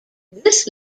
this